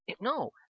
No